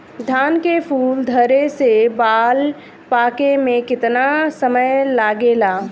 धान के फूल धरे से बाल पाके में कितना समय लागेला?